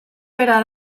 bera